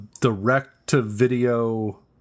direct-to-video